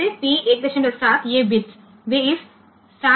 7 આ બિટ્સ છે